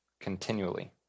continually